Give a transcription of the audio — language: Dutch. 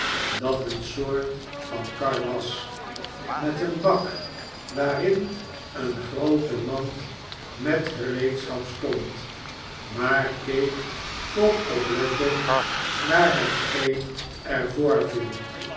dat eene soort van kar was met een bak waarin eene groote mand met gereedschap stond maar keek toch oplettend naar hetgeen er